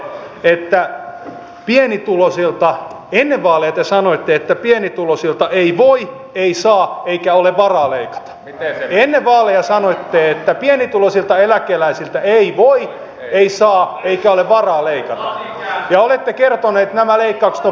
kun te ministeri soini ennen vaaleja sanoitte että pienituloisilta ei voi ei saa eikä ole varaa leikata ennen vaaleja sanoitte että pienituloisilta eläkeläisiltä ei voi ei saa eikä ole varaa leikata nyt olette kertonut että nämä leikkaukset on pakko tehdä